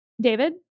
David